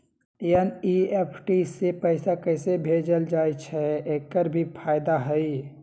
NEFT से पैसा कैसे भेजल जाइछइ? एकर की फायदा हई?